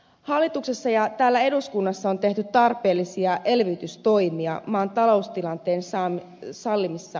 hallituksessa ja täällä eduskunnassa on tehty tarpeellisia elvytystoimia maan taloustilanteen sallimissa rajoissa